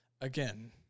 again